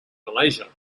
malaysia